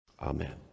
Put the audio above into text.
Amen